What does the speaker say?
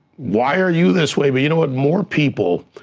why are you this way, but you know what? more people,